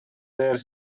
there